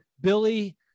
Billy